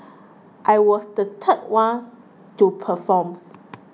I was the third one to perform